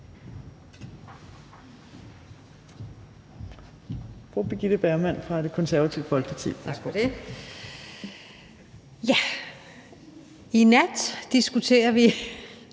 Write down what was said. I nat diskuterer vi